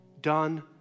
done